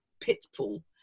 pitfall